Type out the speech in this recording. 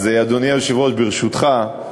אז, אדוני היושב-ראש, ברשותך,